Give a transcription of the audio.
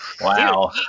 wow